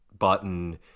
button